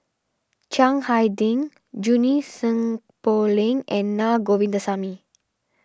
Chiang Hai Ding Junie Sng Poh Leng and Naa Govindasamy